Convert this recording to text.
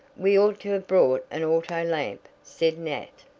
we ought to have brought an auto lamp, said nat.